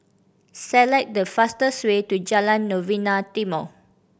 select the fastest way to Jalan Novena Timor